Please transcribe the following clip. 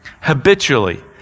habitually